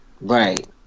Right